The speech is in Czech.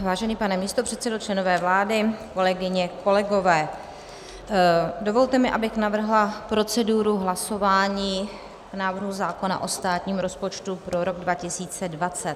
Vážený pane místopředsedové, členové vlády, kolegyně, kolegové, dovolte mi, abych navrhla proceduru hlasování k návrhu zákona o státním rozpočtu pro rok 2020.